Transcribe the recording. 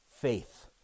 Faith